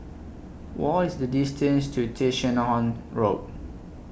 What IS The distance to Tessensohn Road